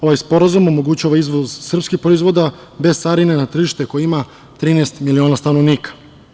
Ovaj sporazum omogućava izvoz srpskih proizvoda bez carine na tržište koje ima 13 miliona stanovnika.